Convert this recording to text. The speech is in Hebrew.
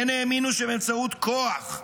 הן האמינו שבאמצעות כוח,